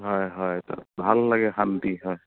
হয় হয় তাত ভাল লাগে শান্তি হয়